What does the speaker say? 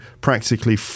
practically